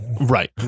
Right